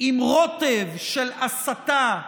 עם רוטב של הסתה,